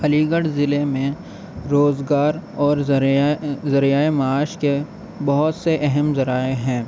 علی گڑھ ضلعے میں روزگار اور ذریعہ ذریعۂ معاش کے بہت سے اہم ذرائع ہیں